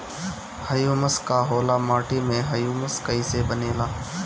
Humus का होला माटी मे ह्यूमस कइसे बनेला?